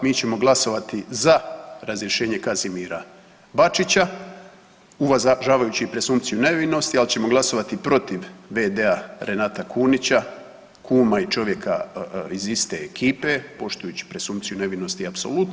Mi ćemo glasovati za razrješenje Kazimira Bačića uvažavajući presumpciju nevinosti, ali ćemo glasovati protiv v.d. Renata Kunića kuma i čovjeka iz iste ekipe poštujući presumpciju nevinosti apsolutno.